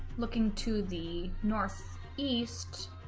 looking to the north east